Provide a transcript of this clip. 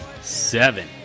seven